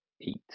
eat